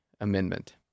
Amendment